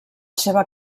seva